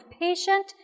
patient